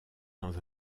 dans